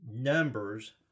numbers